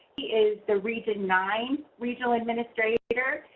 he is the region nine regional administrator.